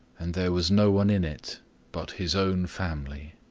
and there was no one in it but his own family.